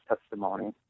testimony